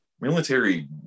military